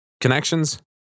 connections